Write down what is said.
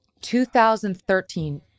2013